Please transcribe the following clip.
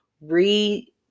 read